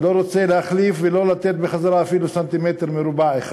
ולא רוצה להחליף ולא לתת בחזרה אפילו סנטימטר מרובע אחד.